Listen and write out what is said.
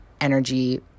energy